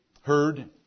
heard